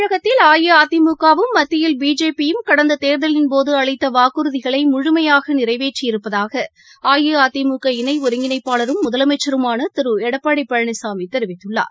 தமிழகத்தில் மக்கியில் பிஜேபி யும் அஇஅதிமுக வும் கடந்ததேர்தலின்போதுஅளித்தவாக்குறுதிகளைமுழுமையாகநிறைவேற்றியிருப்பதாகஅஇஅதிமுக இணைஒருங்கிணைப்பாளரும் முதலமைச்சருமானதிருஎடப்பாடிபழனிசாமிதெரிவித்துள்ளார்